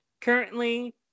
currently